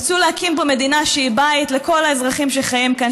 רצו להקים פה מדינה שהיא בית לכל האזרחים שחיים כאן,